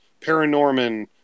Paranorman